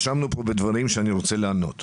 הואשמנו פה בדברים שאני רוצה לענות עליהם.